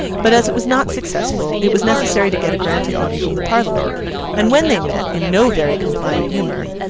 but as it was not successful, it was necessary to get a grant of money from the parliament and when they met, in no very complying humour,